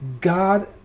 God